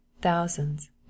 Thousands